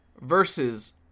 versus